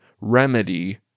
remedy